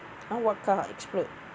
uh what car explode